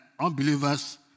unbelievers